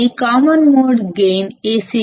common mode gain Acm